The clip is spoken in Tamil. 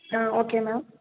ah okay ma'am